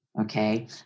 okay